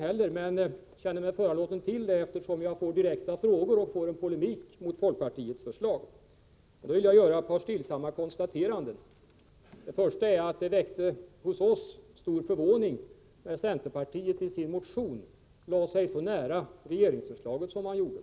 Men jag kände mig föranlåten att göra det, eftersom han ställde direkta frågor till mig och inlät sig på polemik mot folkpartiets förslag. Jag vill således göra ett par stillsamma konstateranden. Först och främst vill jag framhålla att det väckte stor förvåning hos oss att centerpartiet i sin motion lade sig så nära regeringsförslaget som man gjorde.